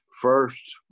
first